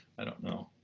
i don't know.